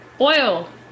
oil